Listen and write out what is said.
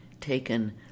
taken